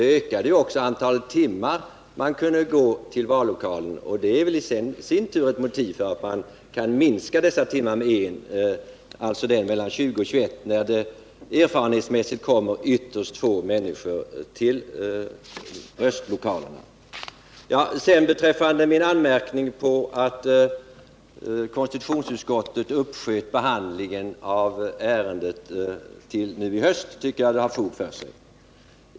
Det ökade också antalet timmar som man kunde gå till vallokalen. Det är väl i sin tur ett motiv för att man kan minska dessa timmar med en, alltså mellan kl. 20.00 och 21.00, när det erfarenhetsmässigt kommer ytterst få röstande till vallokalerna. Min anmärkning mot att konstitutionsutskottet uppsköt behandlingen av ärendet till nu i höst tycker jag har fog för sig.